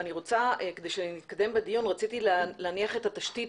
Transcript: כדי שנתקדם בדיון רציתי להניח את התשתית